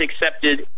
accepted